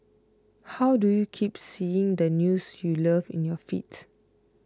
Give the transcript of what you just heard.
how do you keep seeing the news you love in your feeds